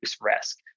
risk